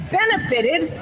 benefited